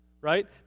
right